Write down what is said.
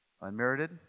unmerited